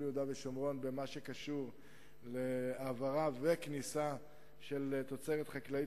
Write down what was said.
יהודה ושומרון במה שקשור להעברה וכניסה של תוצרת חקלאית,